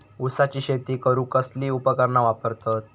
ऊसाची शेती करूक कसली उपकरणा वापरतत?